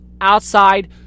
outside